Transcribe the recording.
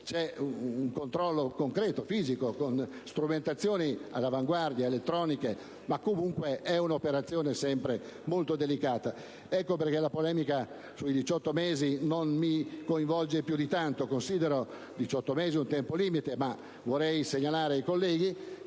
C'è un controllo concreto, fisico, con strumentazioni all'avanguardia, elettroniche, ma comunque è sempre un'operazione molto delicata. Ecco perché la polemica sui 18 mesi non mi coinvolge più di tanto: considero i 18 mesi un tempo limite, ma vorrei segnalare ai colleghi